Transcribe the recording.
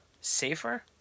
Safer